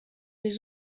les